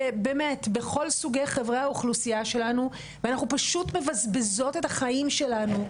בכל סוגי האוכלוסייה שלנו ואנחנו פשוט מבזבזות את החיים שלנו,